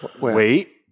Wait